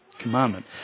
commandment